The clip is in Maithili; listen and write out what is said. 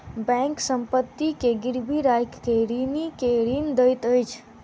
बैंक संपत्ति के गिरवी राइख के ऋणी के ऋण दैत अछि